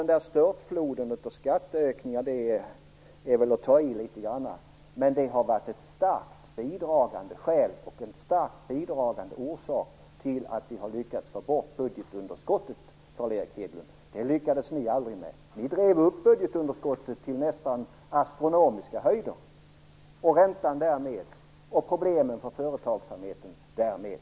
En störtflod av skatteökningar är väl att ta i litet grand, men det har varit en starkt bidragande orsak till att vi har lyckats få bort budgetunderskottet, Carl Erik Hedlund. Det lyckades ni aldrig med. Ni drev upp budgetunderskottet till nästan astronomiska höjder och räntan och problemen för företagsamheten därmed.